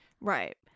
right